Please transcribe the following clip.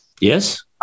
Yes